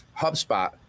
hubspot